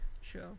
Sure